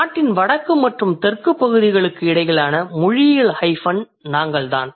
நாட்டின் வடக்கு மற்றும் தெற்கு பகுதிகளுக்கு இடையிலான மொழியியல் ஹைபன் நாங்கள் தான்